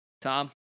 tom